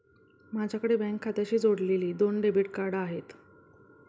माझ्याकडे बँक खात्याशी जोडलेली दोन डेबिट कार्ड आहेत